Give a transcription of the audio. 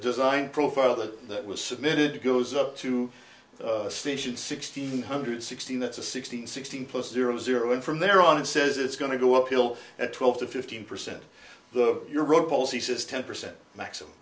design profile that that was submitted to goes up to station sixteen hundred sixteen that's a sixteen sixteen plus zero zero in from there on it says it's going to go uphill at twelve to fifteen percent book your road poles he says ten percent maximum